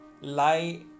lie